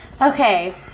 Okay